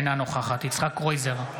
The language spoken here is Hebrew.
אינה נוכחת יצחק קרויזר,